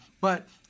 But-